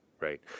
Right